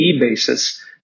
basis